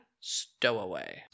stowaway